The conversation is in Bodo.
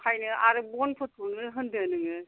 ओंखायनो आरो बनफोरखौनो होनदो नोङो